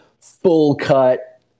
full-cut